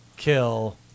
Kill